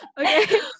Okay